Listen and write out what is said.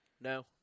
No